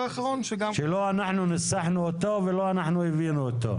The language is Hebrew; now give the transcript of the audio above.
שלא אנחנו ניסחנו אותו ולא אנחנו הבאנו אותו.